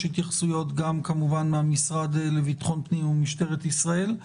התייחסויות גם מן המשרד לביטחון פנים וממשטרת ישראל.